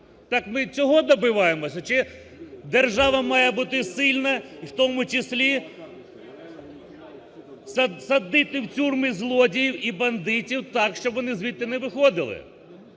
Так ми цього добиваємося, чи держава має бути сильна і в тому числі садити в тюрми злодіїв і бандитів так, щоб вони звідти не виходили.